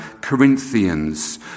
Corinthians